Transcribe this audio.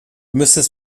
müsstest